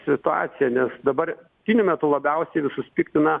situaciją nes dabar tiniu metu labiausiai visus piktina